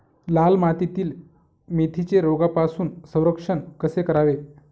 लाल मातीतील मेथीचे रोगापासून संरक्षण कसे करावे?